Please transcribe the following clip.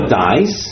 dies